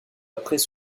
après